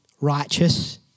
righteous